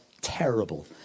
terrible